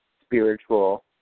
spiritual